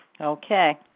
Okay